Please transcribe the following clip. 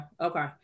okay